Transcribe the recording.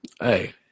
Hey